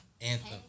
anthem